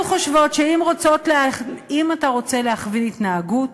אנחנו חושבות שאם אתה רוצה להכווין התנהגות,